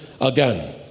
again